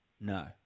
No